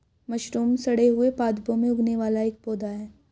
mushroom सड़े हुए पादपों में उगने वाला एक पौधा है